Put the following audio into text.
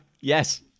yes